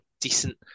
decent